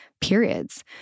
periods